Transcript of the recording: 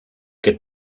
que